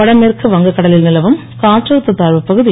வடமேற்கு வங்கக்கடலில் நிலவும் காற்றழுத்தத் தாழ்வுப் பகுதி